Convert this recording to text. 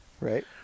Right